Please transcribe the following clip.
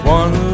one